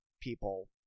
people